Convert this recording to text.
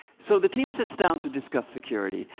so the team sits down to discuss security.